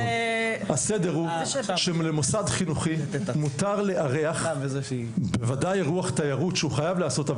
הסדר הוא שלמוסד חינוכי מותר לארח בוודאי אירוח תיירות שהוא חייב לעשות,